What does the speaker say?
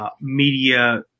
media